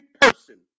person